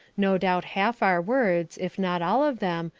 no doubt half our words, if not all of them,